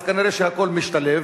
אז כנראה הכול משתלב.